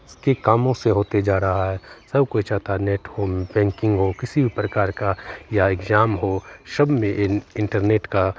इसके कामों से होते जा रहा है सब कोई चाहता नेट हो बैंकिन्ग हो किसी भी प्रकार का या एक्ज़ाम हो सब में ई इन्टरनेट का